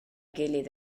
gilydd